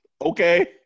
Okay